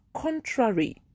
contrary